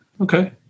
Okay